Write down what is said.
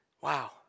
Wow